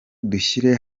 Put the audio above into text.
dushyire